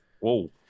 Whoa